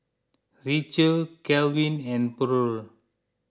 Rachel Kalvin and Purl